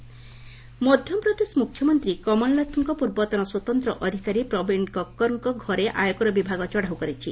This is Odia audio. ଏମ୍ପି ରେଡ୍ ମଧ୍ୟପ୍ରଦେଶ ମ୍ରଖ୍ୟମନ୍ତ୍ରୀ କମଲନାଥଙ୍କ ପୂର୍ବତନ ସ୍ୱତନ୍ତ୍ର ଅଧିକାରୀ ପ୍ରବୀଣ କକୁର୍ଙ୍କ ଘରେ ଆୟକର ବିଭାଗ ଚଢ଼ଉ କରିଛି